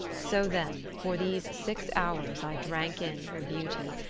so then, for these six hours i drank in her beauty,